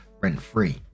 rent-free